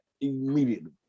immediately